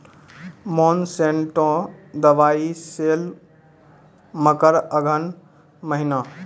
Monsanto दवाई sale मकर अघन महीना,